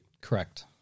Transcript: Correct